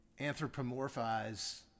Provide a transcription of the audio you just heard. anthropomorphize